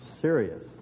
serious